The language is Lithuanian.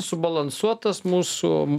subalansuotas mūsų